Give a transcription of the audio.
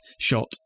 shot